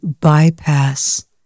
bypass